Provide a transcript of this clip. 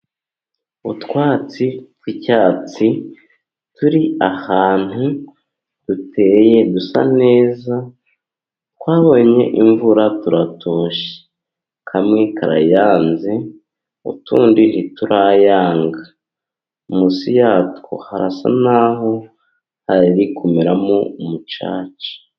Utwatsi tw'icyatsi turi ahantu duteye dusa neza, twabonye imvura turatoshye, kamwe karayanze utundi ntiturayanga, munsi yatwo harasa n'aho hari kumeramo umucaca.